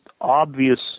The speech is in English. obvious